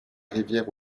rivière